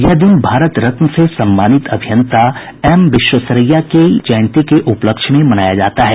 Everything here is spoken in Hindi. यह दिन भारत रत्न से सम्मानित अभियंता एम विश्वेश्वरैया की जयंती के उपलक्ष्य में मनाया जाता है